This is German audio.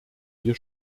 wir